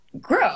grow